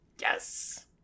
yes